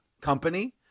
company